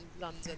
london